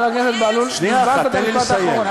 חבר הכנסת בהלול, בזבזת את המשפט האחרון.